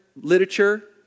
literature